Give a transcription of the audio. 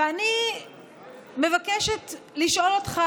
ואני מבקשת לשאול אותך: